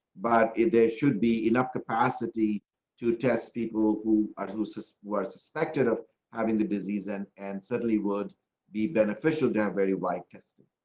but there should be enough capacity to test people who are closest were suspected of having the disease in and suddenly would be beneficial down. very white test.